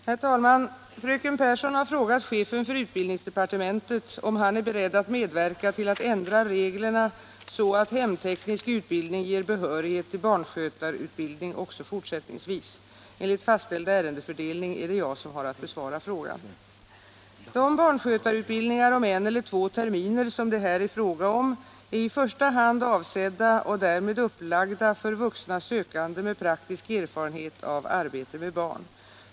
Herr talman! Fröken Pehrsson har frågat chefen för utbildningsdepartementet om han är beredd att medverka till att ändra reglerna så att hemteknisk utbildning ger behörighet till barnskötarutbildning också fortsättningsvis. Enligt fastställd ärendefördelning är det jag som har att besvara frågan. De barnskötarutbildningar om en eller två terminer som det här är fråga om är i första hand avsedda och därmed upplagda för vuxna sökande med praktisk erfarenhet av arbete med barn.